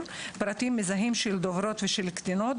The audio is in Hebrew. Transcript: פרטים מזהים של דוברות ושל קטינות,